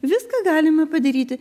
viską galima padaryti